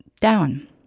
down